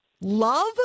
love